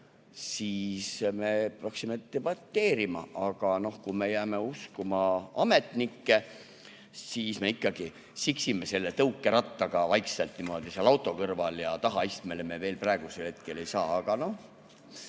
siis me peaksime debateerima. Aga kui me jääme uskuma ametnikke, siis me ikkagi siksime selle tõukerattaga vaikselt niimoodi seal auto kõrval ja tagaistmele me praegusel hetkel ei saa. Aga noh,